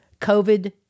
COVID